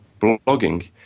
blogging